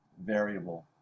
variable